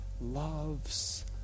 loves